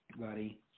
buddy